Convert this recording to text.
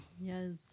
Yes